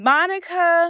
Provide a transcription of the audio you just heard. Monica